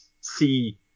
see